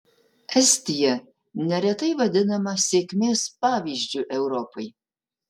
estija neretai vadinama sėkmės pavyzdžiu europai